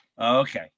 Okay